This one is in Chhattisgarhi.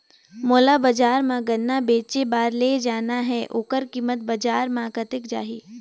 मोला बजार मां गन्ना बेचे बार ले जाना हे ओकर कीमत बजार मां कतेक जाही?